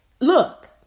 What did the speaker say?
look